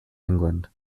england